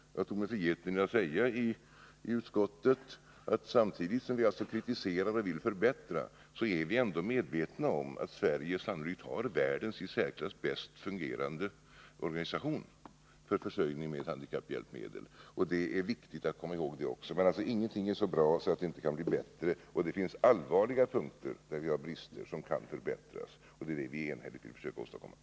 Jag tog mig i utskottet friheten att säga att samtidigt som vi kritiserar Nr 22 och vill förbättra, så är vi ändå medvetna om att Sverige sannolikt har Onsdagen den världens i särklass bäst fungerande organisation för försörjningen med 12 november 1980 handikapphjälpmedel. Det är viktigt att komma ihåg det också. Men ingenting är så bra att det inte kan bli bättre, och det finns punkter där vi har allvarliga brister som kan undanröjas, och det är det vi enhälligt försökt åstadkomma.